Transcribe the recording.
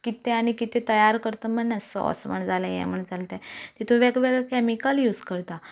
कितें आनी कितें तयार करता म्हूण ना सॉस म्हूण जालें हें म्हूण जालें तें तातूंत वेगवेगळें कॅमिकल्स यूज करता